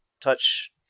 touch